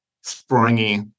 springy